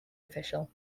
official